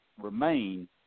remain